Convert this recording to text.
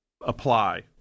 apply